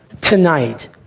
tonight